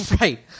Right